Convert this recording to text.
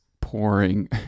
pouring